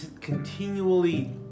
continually